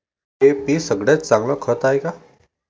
DAP सगळ्यात चांगलं खत हाये का?